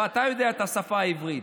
אתה יודע את השפה העברית,